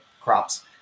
crops